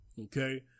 okay